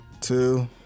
Two